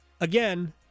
Again